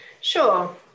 Sure